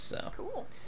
Cool